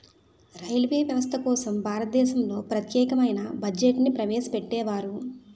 railway వ్యవస్థ కోసం భారతదేశంలో ప్రత్యేకమైన బడ్జెట్ను ప్రవేశపెట్టేవారు